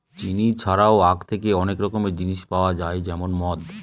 চিনি ছাড়াও আঁখ থেকে অনেক রকমের জিনিস পাওয়া যায় যেমন মদ